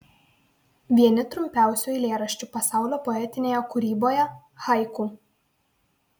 vieni trumpiausių eilėraščių pasaulio poetinėje kūryboje haiku